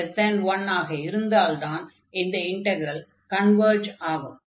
1 n1 ஆக இருந்தால்தான் இந்த இன்டக்ரல் கன்வெர்ஜ் ஆகும்